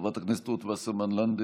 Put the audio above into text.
חברת הכנסת רות וסרמן לנדה,